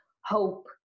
hope